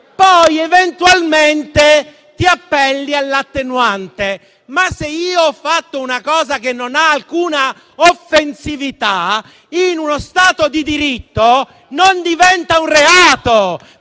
poi eventualmente ti appelli all'attenuante. Ma, se ho fatto una cosa che non ha alcuna offensività, in uno Stato di diritto non diventa un reato